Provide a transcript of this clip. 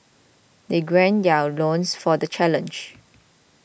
they gird their loins for the challenge